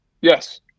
Yes